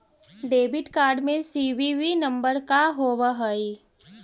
Debit card में CVV number का होव हइ?